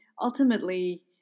ultimately